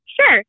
Sure